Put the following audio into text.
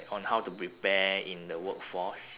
on how to prepare in the workforce